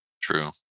True